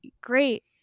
great